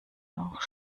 noch